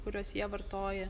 kuriuos jie vartoja